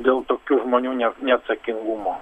dėl tokių žmonių ne neatsakingumo